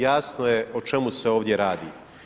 Jasno je o čemu se ovdje radi.